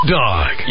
dog